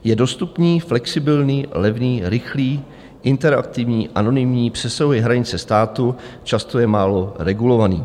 Je dostupný, flexibilní, levný, rychlý, interaktivní, anonymní, přesahuje hranice států, často je málo regulovaný.